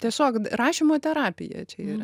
tiesiog rašymo terapija čia yra